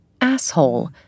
asshole